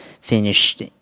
finished